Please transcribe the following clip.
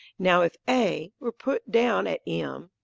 now if a were put down at m,